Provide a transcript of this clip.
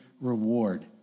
reward